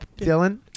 Dylan